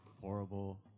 horrible